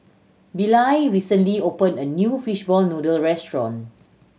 Billye recently opened a new fishball noodle restaurant